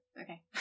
Okay